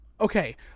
Okay